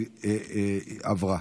עברה.